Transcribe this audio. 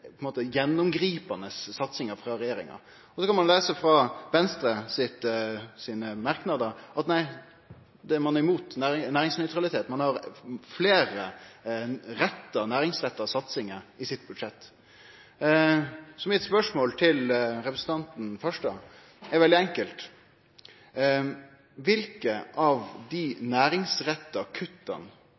er den gjennomgripande satsinga frå regjeringa. Så kan ein lese av Venstre sine merknader at ein er imot næringsnøytralitet, ein har fleire næringsretta satsingar i sitt budsjett. Så spørsmålet mitt til representanten Farstad er veldig enkelt: Kva for næringsretta